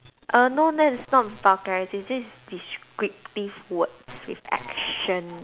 err no not that is not vulgarity this is descriptive words with action